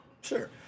Sure